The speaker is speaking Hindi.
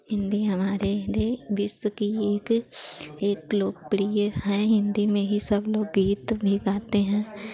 हिन्दी हमारे रे विश्व की एक एक लोकप्रिय हैं हिन्दी में ही सब लोग गीत भी गाते हैं